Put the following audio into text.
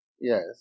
yes